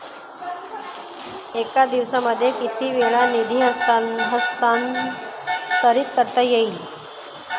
एका दिवसामध्ये किती वेळा निधी हस्तांतरीत करता येईल?